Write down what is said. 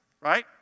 Right